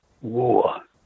war